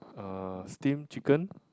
uh steam chicken